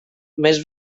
més